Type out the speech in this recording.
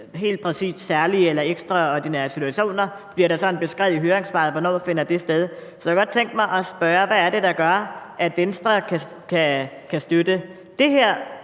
helt præcist særlige eller ekstraordinære situationer? bliver der spurgt i høringssvaret. Hvornår finder de sted? Så jeg kunne godt tænke mig at spørge, hvad det er, der gør, at Venstre kan støtte det her